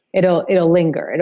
it'll it'll linger, and